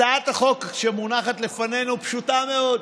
הצעת החוק שמונחת לפנינו פשוטה מאוד: